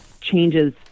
changes